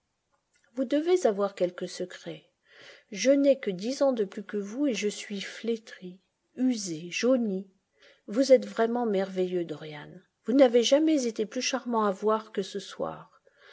vous devez avoir quelque secret je n'ai que dix ans de plus que vous et je suis flétri usé jauni vous êtes vraiment merveilleux dorian vous n'avez jamais été plus charmant à voir que ce soir